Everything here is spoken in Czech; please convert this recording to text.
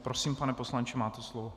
Prosím, pane poslanče, máte slovo.